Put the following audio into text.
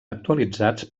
actualitzats